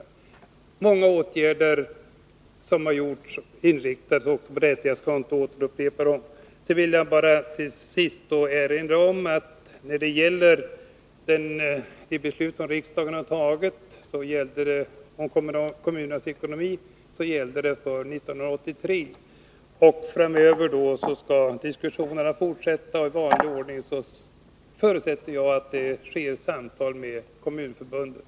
Många åtgärder som har vidtagits har detta syfte, och jag vill inte upprepa dem. Jag vill slutligen erinra om att de beslut som riksdagen har fattat i fråga om kommunernas ekonomi gäller för år 1983. Framöver skall diskussionerna fortsätta, och jag förutsätter att det i vanlig ordning sker samtal med kommunförbunden.